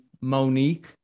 Monique